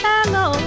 Hello